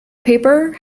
paper